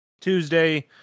Tuesday